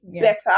better